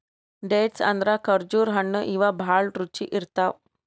dates ಅಂದ್ರ ಖರ್ಜುರ್ ಹಣ್ಣ್ ಇವ್ ಭಾಳ್ ರುಚಿ ಇರ್ತವ್